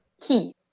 key